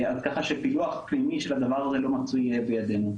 אז ככה שפילוח פנימי של הדבר הזה לא מצוי בידינו.